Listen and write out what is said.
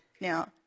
Now